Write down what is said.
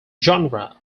genre